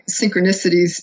synchronicities